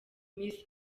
miss